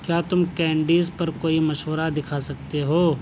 کیا تم کینڈیز پر کوئی مشورہ دکھا سکتے ہو